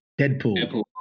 Deadpool